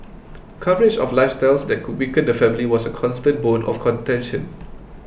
coverage of lifestyles that could weaken the family was a constant bone of contention